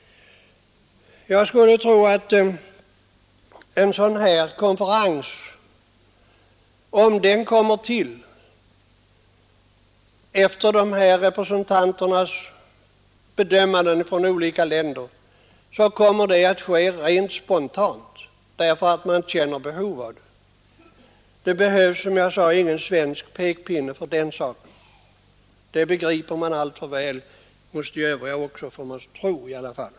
Om en sådan här konferens kommer till stånd efter bedömningar av de olika ländernas representanter, kommer det att ske rent spontant, därför att representanterna känner ett behov av det. Det behövs, som jag sade, ingen svensk pekpinne för den saken. Det begriper de övriga representanterna så väl, får man tro i alla fall.